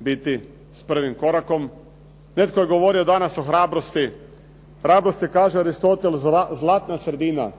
biti s prvim korakom. Netko je govorio danas o hrabrosti. Hrabrosti je kaže Aristotel zlatna sredina